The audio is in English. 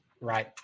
Right